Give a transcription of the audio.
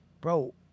bro